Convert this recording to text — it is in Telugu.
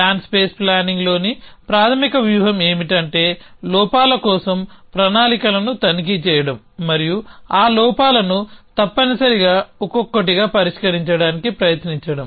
ప్లాన్ స్పేస్ ప్లానింగ్లోని ప్రాథమిక వ్యూహం ఏమిటంటే లోపాల కోసం ప్రణాళికను తనిఖీ చేయడం మరియు ఆ లోపాలను తప్పనిసరిగా ఒక్కొక్కటిగా పరిష్కరించడానికి ప్రయత్నించడం